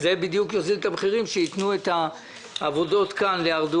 מה שיוזיל את המחירים זה שיתנו את העבודות לארדואן